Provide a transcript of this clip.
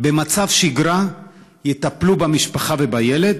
במצב שגרה יטפלו במשפחה ובילד,